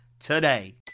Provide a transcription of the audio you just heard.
today